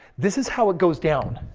this is how it goes down.